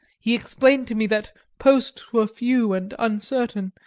he explained to me that posts were few and uncertain,